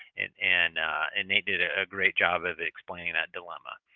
and and and nate did a ah great job of explaining that dilemma.